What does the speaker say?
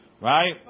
Right